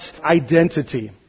identity